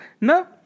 No